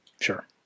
Sure